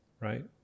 right